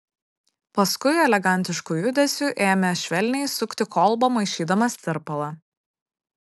paskui elegantišku judesiu ėmė švelniai sukti kolbą maišydamas tirpalą